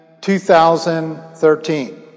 2013